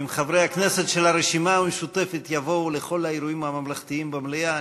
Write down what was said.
אם חברי הכנסת של הרשימה המשותפת יבואו לכל האירועים הממלכתיים במליאה,